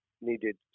needed